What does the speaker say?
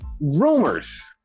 rumors